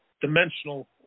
dimensional